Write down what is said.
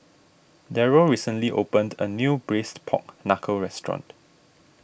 Darryll recently opened a new Braised Pork Knuckle restaurant